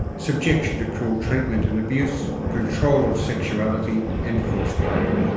subjection to cruel treatment and abuse, control of sexuality, and forced labour.